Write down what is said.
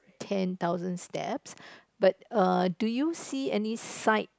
ten thousand steps but err do you see any side